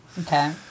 okay